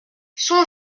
son